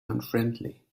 unfriendly